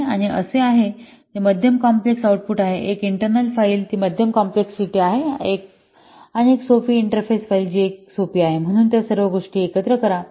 आणि एक असे आहे जे मध्यम कॉम्प्लेक्स आउटपुट आहे एक इंटर्नल फाइल ती मध्यम कॉम्प्लेक्सिटी आहे आणि एक सोपी इंटरफेस फाइल जी एक सोपी आहे म्हणून त्या सर्व गोष्टी एकत्र करा